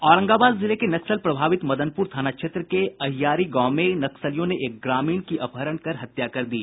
औरंगाबाद जिले के नक्सल प्रभावित मदनपुर थाना क्षेत्र के अहियारी गांव में नक्सलियों ने एक ग्रामीण की अपहरण कर हत्या कर दी